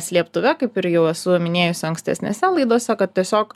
slėptuve kaip ir jau esu minėjusi ankstesnėse laidose kad tiesiog